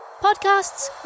podcasts